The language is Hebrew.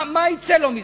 מה יצא לו מזה?